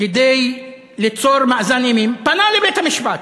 כדי ליצור מאזן אימה, פנה לבית-המשפט.